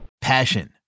Passion